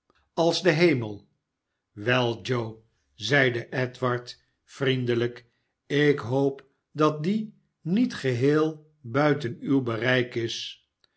als de hemel wel joe zeide edward vriendelijk ik hoop dat die niet geheel buiten uw bereik is